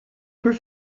peut